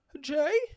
Jay